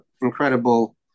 incredible